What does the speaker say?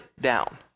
down